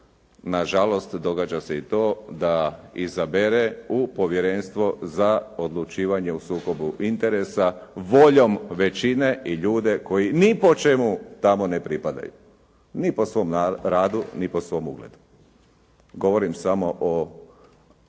na žalost događa se i to da izabere u Povjerenstvo za odlučivanje o sukobu interesa voljom većine i ljude koje ni po čemu tamo ne pripadaju. Ni po svom radu, ni po svom ugledu. Govorim samo o